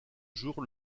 jour